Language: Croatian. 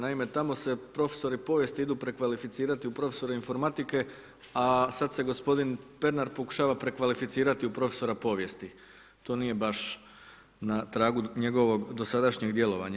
Naime, tamo se profesori povijesti idu prekvalificirati u profesore informatike, a sada se gospodin Pernar pokušava prekvalificirati u profesora povijesti, to nije baš na tragu njegovog dosadašnjeg djelovanja.